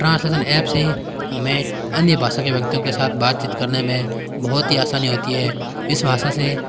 translation app से हमें अन्य भाषा के व्यक्तियों के साथ बातचीत करने में बहुत ही आसानी होती है इस भाषा से